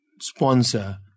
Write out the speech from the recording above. sponsor